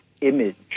image